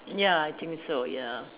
ya I think so ya